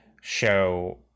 show